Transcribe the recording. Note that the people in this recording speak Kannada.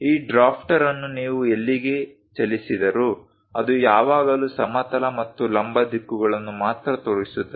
ಈ ಡ್ರಾಫ್ಟರ್ ಅನ್ನು ನೀವು ಎಲ್ಲಿಗೆ ಚಲಿಸಿದರೂ ಅದು ಯಾವಾಗಲೂ ಸಮತಲ ಮತ್ತು ಲಂಬ ದಿಕ್ಕುಗಳನ್ನು ಮಾತ್ರ ತೋರಿಸುತ್ತದೆ